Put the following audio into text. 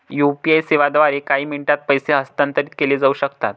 UPI सेवांद्वारे काही मिनिटांत पैसे हस्तांतरित केले जाऊ शकतात